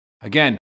Again